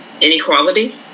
inequality